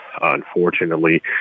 unfortunately